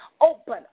open